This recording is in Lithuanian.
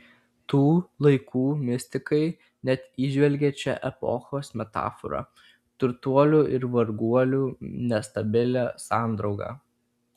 tų laikų mistikai net įžvelgė čia epochos metaforą turtuolių ir varguolių nestabilią sandraugą